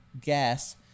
gas